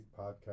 podcast